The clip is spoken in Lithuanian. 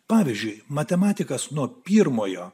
pavyzdžiui matematikas nuo pirmojo